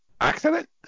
accident